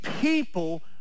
people